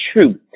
truth